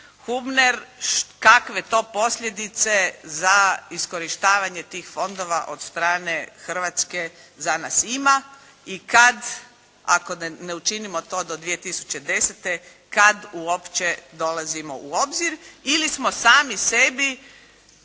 Hübner kakve to posljedice za iskorištavanje tih fondova od strane Hrvatske za nas ima i kad ako ne učinimo to do 2010. kad uopće dolazimo u obzir ili smo sami sebi